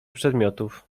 przedmiotów